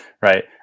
right